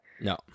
No